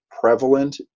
prevalent